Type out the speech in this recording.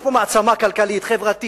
יש פה מעצמה כלכלית-חברתית-ביטחונית,